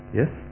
yes